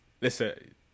listen